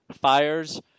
Fires